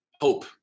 hope